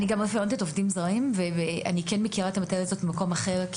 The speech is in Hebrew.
אני מכירה את הסיטואציה הזו ממקום אחר,